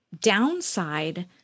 downside